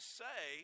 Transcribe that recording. say